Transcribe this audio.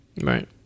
Right